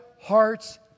hearts